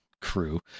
crew